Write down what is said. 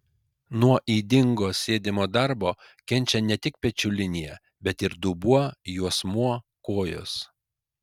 nuo ydingo sėdimo darbo kenčia ne tik pečių linija bet ir dubuo juosmuo kojos